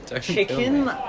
chicken